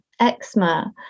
eczema